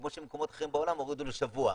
כמו שמקומות אחרים בעולם הורידו לשבוע.